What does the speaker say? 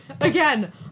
Again